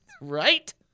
right